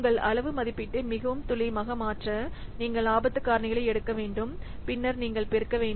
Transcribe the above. உங்கள் அளவு மதிப்பீட்டை மிகவும் துல்லியமாக மாற்ற நீங்கள் ஆபத்து காரணிகளை எடுக்க வேண்டும் பின்னர் நீங்கள் பெருக்க வேண்டும்